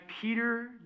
Peter